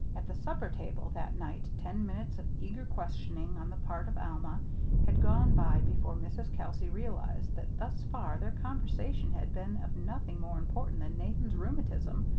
at the supper-table that night ten minutes of eager questioning on the part of alma had gone by before mrs. kelsey realized that thus far their conversation had been of nothing more important than nathan's rheumatism,